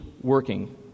working